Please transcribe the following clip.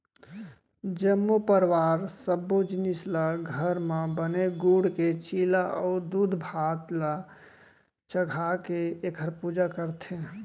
जम्मो परवार सब्बो जिनिस ल घर म बने गूड़ के चीला अउ दूधभात ल चघाके एखर पूजा करथे